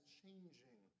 changing